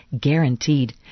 guaranteed